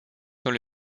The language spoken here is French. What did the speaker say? dans